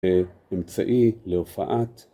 אמצעי להופעת